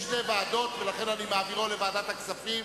יש שתי ועדות, ולכן אני מעבירו לוועדת הכספים.